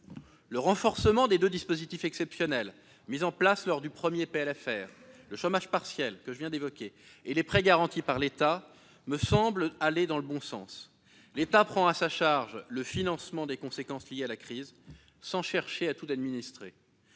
Le renforcement des deux dispositifs exceptionnels mis en place lors du premier PLFR, le chômage partiel, que je viens d'évoquer, et les prêts garantis par l'État, me semblent aller dans le bon sens : l'État prend à sa charge le financement des conséquences liées à la crise, sans chercher à tout administrer.